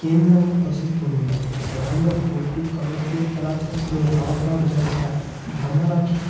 కేంద్రంగా ప్రసిద్ధి పొందింది వరంగల్ పోర్టు కాకతీయ కళాశాల రామపాడు జాతర బ్రహ్మరక్ష